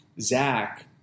Zach